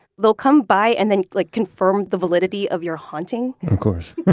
they'll come by and then like confirm the validity of your haunting of course